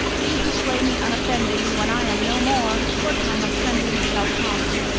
ye who slay me unoffending, when i am no more, your time of trembling shall come.